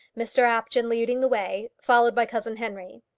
mr apjohn leading the way, followed by cousin henry.